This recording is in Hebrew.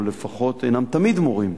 או לפחות אינם תמיד מורים.